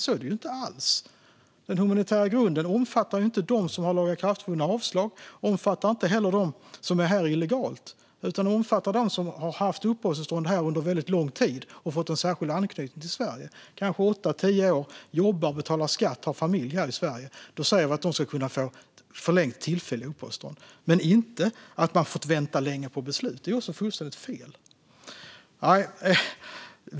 Så är det inte alls! Den humanitära grunden omfattar inte dem som har lagakraftvunna avslag. Den omfattar inte heller dem som är här illegalt, utan den omfattar dem som har haft uppehållstillstånd här under väldigt lång tid och har fått en särskild anknytning till Sverige. De kanske har varit här i åtta tio år, de jobbar, de betalar skatt och de har familj här i Sverige. Vi säger att de ska kunna få förlängt tillfälligt uppehållstillstånd. Men det handlar inte om att man har fått vänta länge på beslut. Det är också fullständigt fel.